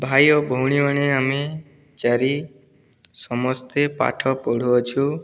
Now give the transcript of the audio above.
ଭାଇ ଓ ଭଉଣୀମାନେ ଆମେ ଚାରି ସମସ୍ତେ ପାଠ ପଢ଼ୁଅଛୁ